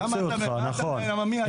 למה, מי אתה?